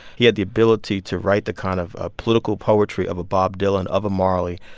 he had the ability to write the kind of ah political poetry of a bob dylan, of a marley.